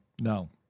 No